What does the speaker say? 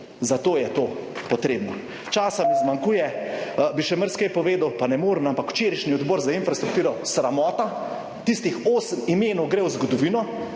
zato je to potrebno. Časa mi zmanjkuje, bi še marsikaj povedal, pa ne morem, ampak včerajšnji Odbor za infrastrukturo, sramota. Tistih osem imen gre v zgodovino